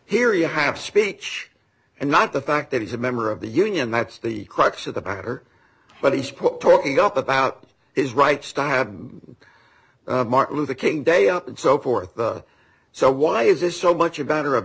here you have speech and not the fact that he's a member of the union that's the crux of the matter but he's put talking up about his rights to have martin luther king day off and so forth so why is this so much about her of